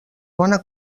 bona